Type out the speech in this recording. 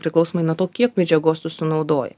priklausomai nuo to kiek medžiagos tu sunaudoj